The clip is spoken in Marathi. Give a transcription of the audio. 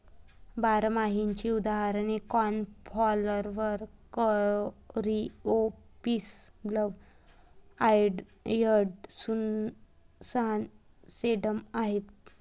बारमाहीची उदाहरणे cornflower, coreopsis, black eyed Susan, sedum आहेत